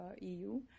EU